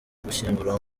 gushyingura